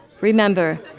Remember